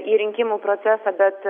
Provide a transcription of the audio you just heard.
į rinkimų procesą bet